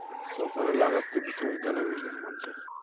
सौ करोड़ लागत से विश्वविद्यालयत बिल्डिंग बने छे